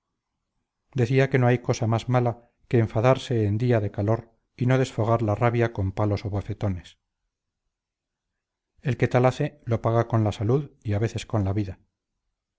decía que no hay cosa más mala que enfadarse en día de calor y no desfogar la rabia con palos o bofetones el que tal hace lo paga con la salud y a veces con la vida